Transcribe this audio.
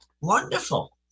Wonderful